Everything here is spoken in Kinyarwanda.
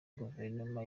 guverinoma